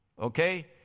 Okay